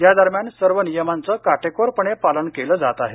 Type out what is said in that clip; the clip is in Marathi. या दरम्यान सर्व नियमांचं काटेकोरपणे पालन केलं जात आहे